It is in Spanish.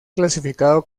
clasificado